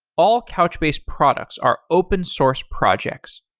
all couchbase products are open source projects.